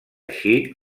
així